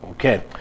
Okay